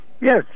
Yes